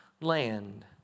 land